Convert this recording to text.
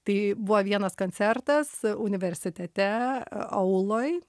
tai buvo vienas koncertas universitete auloj